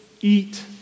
eat